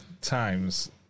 times